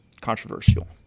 controversial